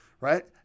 right